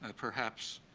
ah perhaps,